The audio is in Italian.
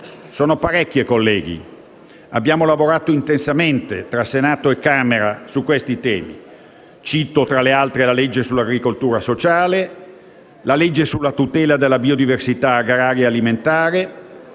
Sono parecchie, colleghi; abbiamo lavorato intensamente, tra Senato e Camera, su questi temi. Cito, tra le altre, la legge sull'agricoltura sociale, la legge sulla tutela della biodiversità agraria e alimentare,